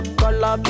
color